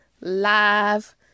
live